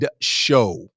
show